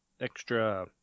extra